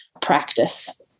practice